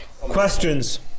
Questions